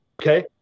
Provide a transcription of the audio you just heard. Okay